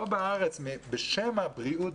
כאן בארץ בשם הבריאות,